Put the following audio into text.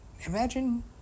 Imagine